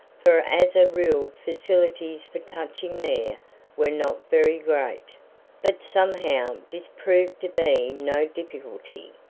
for as a rule facilities for touching there were not very great but somehow this proved to be no difficulty,